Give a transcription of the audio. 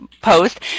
post